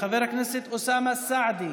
חבר הכנסת אוסאמה סעדי,